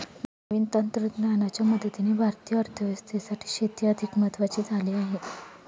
नवीन तंत्रज्ञानाच्या मदतीने भारतीय अर्थव्यवस्थेसाठी शेती अधिक महत्वाची झाली आहे